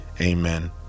Amen